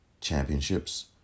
championships